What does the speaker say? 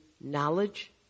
knowledge